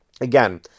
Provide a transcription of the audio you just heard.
again